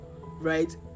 right